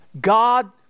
God